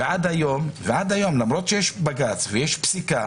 עד היום, למרות שיש בג"צ ויש פסיקה,